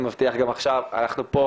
מבטיח גם עכשיו אנחנו פה,